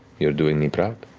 you are doing me proud,